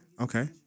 Okay